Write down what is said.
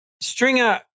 Stringer